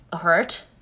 hurt